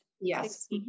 Yes